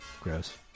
gross